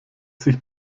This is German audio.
sich